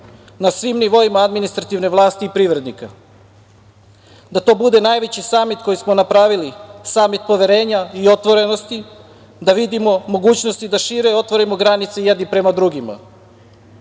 na svim nivoima administrativne vlasti privrednika, da to bude najveći samit koji smo napravili, samit poverenja i otvorenosti, da vidimo mogućnosti da šire otvorimo granice jedni prema drugima. Moram